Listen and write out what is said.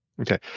Okay